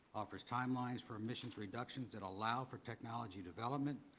offers timelines for emissions reductions that allow for technology development,